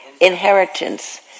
Inheritance